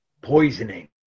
poisoning